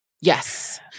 Yes